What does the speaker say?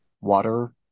Water